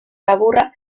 laburra